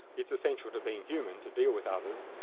it's essential to be human to deal with others,